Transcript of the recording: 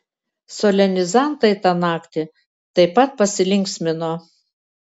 solenizantai tą naktį taip pat pasilinksmino